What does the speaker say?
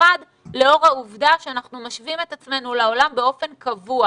במיוחד לאור העובדה שאנחנו משווים את עצמנו לעולם באופן קבוע.